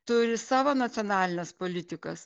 turi savo nacionalines politikas